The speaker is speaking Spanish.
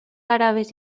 árabes